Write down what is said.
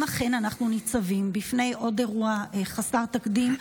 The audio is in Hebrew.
אם אכן אנחנו ניצבים בפני עוד אירוע חסר תקדים,